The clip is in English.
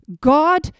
God